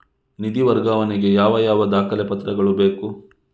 ನಿಧಿ ವರ್ಗಾವಣೆ ಗೆ ಯಾವ ಯಾವ ದಾಖಲೆ ಪತ್ರಗಳು ಬೇಕು?